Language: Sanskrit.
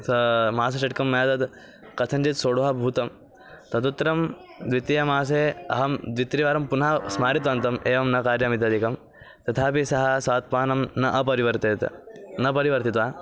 सः मासषट्कं मया तत् कथञ्चित् सोढ्वा भूतं तदुत्तरं द्वितीयमासे अहं द्वित्रिवारं पुनः स्मारितवन्तम् एवं न कार्यम् इत्यादिकं तथापि सः सात्पानं न अपरिवर्तेत न परिवर्तिता